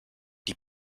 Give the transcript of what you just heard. die